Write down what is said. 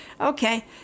Okay